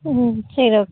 ம் சரி ஓகே